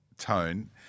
tone